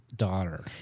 daughter